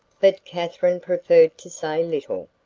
but katherine preferred to say little,